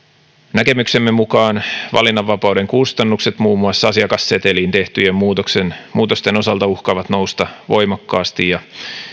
näkemyksemme mukaan valinnanvapauden kustannukset muun muassa asiakasseteliin tehtyjen muutosten osalta uhkaavat nousta voimakkaasti